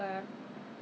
ah I see